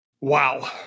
Wow